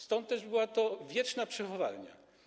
Stąd też była to wieczna przechowalnia.